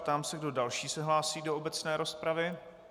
Ptám se, kdo další se hlásí do obecné rozpravy.